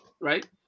right